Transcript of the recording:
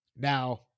now